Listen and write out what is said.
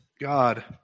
God